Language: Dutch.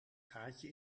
gaatje